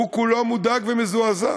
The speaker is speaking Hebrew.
הוא כולו מודאג ומזועזע.